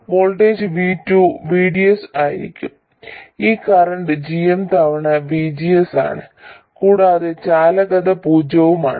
voltage V2 VDS ആയിരിക്കും ഈ current g m തവണ VGS ആണ് കൂടാതെ ചാലകത പൂജ്യവുമാണ്